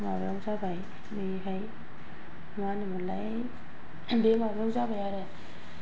माबायाव जाबाय बैहाय मा होनो मोनलाय बै माबायाव जाबाय आरो